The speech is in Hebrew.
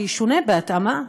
שישונה בהתאמה.